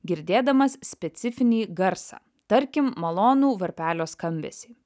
girdėdamas specifinį garsą tarkim malonų varpelio skambesį